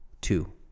two